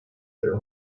their